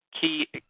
key